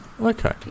Okay